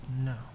No